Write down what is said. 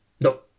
No